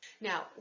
Now